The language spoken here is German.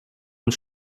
und